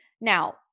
Now